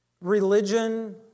Religion